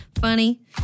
funny